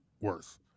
worse